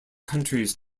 countries